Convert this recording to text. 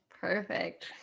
Perfect